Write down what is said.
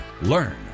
learn